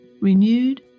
renewed